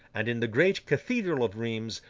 and in the great cathedral of rheims,